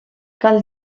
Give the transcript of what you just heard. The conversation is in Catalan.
cal